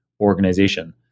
organization